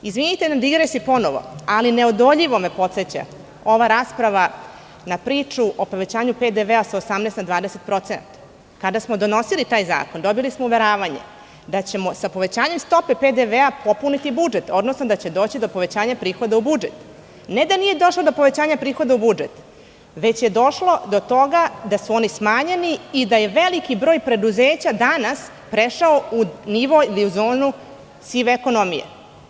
Izvinite na digresiji ponovo, ali neodoljivo me podseća ova rasprava na priču o povećanju PDV sa 18 na 20%, kada smo donosili taj zakon, dobili smo uveravanje da ćemo sa povećanjem stope PDV popuniti budžet, odnosno da će doći do povećanja prihoda u budžet, ne da nije došlo do povećanja prihoda u budžet, već je došlo do toga da su oni smanjeni i da je veliki broj preduzeća danas prešao u nivo ili u zonu sive ekonomije.